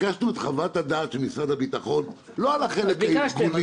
ביקשנו את חוות הדעת של משרד הביטחון לא על החלק הארגוני.